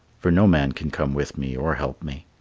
for no man can come with me or help me.